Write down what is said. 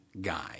guy